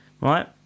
right